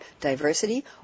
diversity